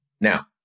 Now